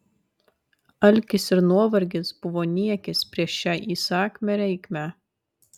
alkis ir nuovargis buvo niekis prieš šią įsakmią reikmę